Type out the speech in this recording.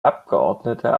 abgeordnete